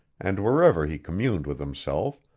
and wherever he communed with himself,